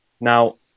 Now